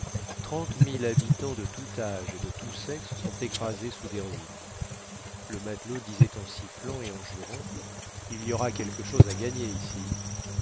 mille habitants de tout âge et de tout sexe sont écrasés sous des ruines le matelot disait en sifflant et en jurant il y aura quelque chose à gagner ici